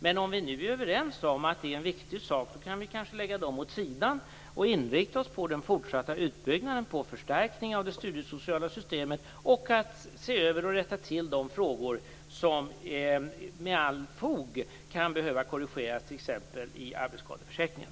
Men om vi nu är överens om att trygghet är en viktig sak kan vi kanske lägga de förslagen åt sidan och inrikta oss på den fortsatta utbyggnaden, på förstärkning av det studiesociala systemet och på att se över och rätta till de förhållanden som med fog kan behövas korrigeras, t.ex. i arbetsskadeförsäkringen.